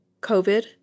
COVID